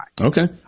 okay